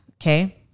Okay